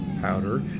powder